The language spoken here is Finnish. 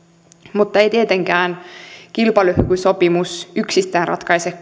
mutta ei tietenkään kilpailukykysopimus yksistään ratkaise